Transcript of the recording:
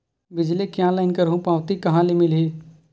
बिजली के ऑनलाइन करहु पावती कहां ले मिलही?